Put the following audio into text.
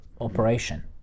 operation